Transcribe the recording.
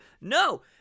No